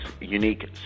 unique